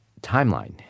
timeline